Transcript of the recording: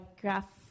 graph